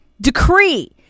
decree